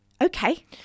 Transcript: okay